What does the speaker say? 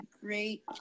great